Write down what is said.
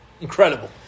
Incredible